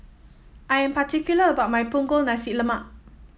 I am particular about my Punggol Nasi Lemak